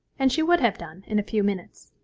and she would have done in a few minutes.